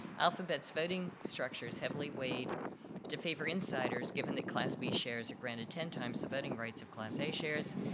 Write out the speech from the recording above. alphabet's voting structures heavily weighed to favor insiders given that class b shares are granted ten times the voting rights of class a shares.